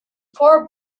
poor